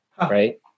Right